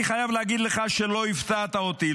אני חייב להגיד לך שלא הפתעת אותי,